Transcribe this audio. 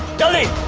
die